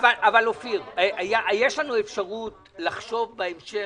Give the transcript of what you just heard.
אופיר, יש לנו אפשרות לחשוב גם בהמשך.